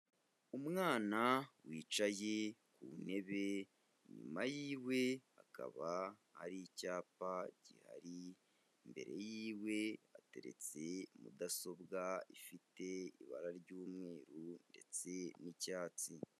Umwana wicaye ku ntebe, inyuma y'iwe hakaba hari icyapa gihari, imbere y'iwe hateretse mudasobwa ifite ibara ry'umweru ndetse n'icyatsi.